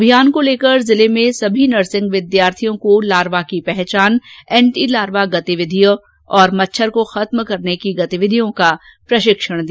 अभियानको लेकर जिलेमें सभी नर्सिंग विद्यार्थियों कोलार्वा की पहचान एंटी लार्वा गतिविधि और मच्छरों को खत्म करने की गतिविधियों का प्रशिक्षण दियागया है